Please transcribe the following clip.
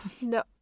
No